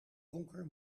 donker